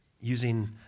Using